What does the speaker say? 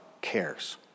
cares